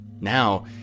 Now